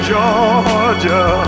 Georgia